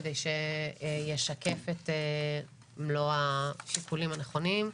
כדי שישקף את מלוא השיקולים הנכונים.